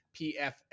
PFF